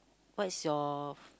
what is your